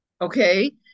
Okay